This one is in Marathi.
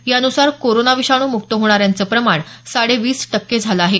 यानुसार कोरोना विषाणू मुक्त होणाऱ्यांचं प्रमाण साडे वीस टक्के झालं आहे